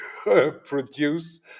produce